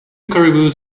caribous